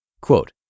Quote